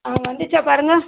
ஆ வந்துச்சா பாருங்கள்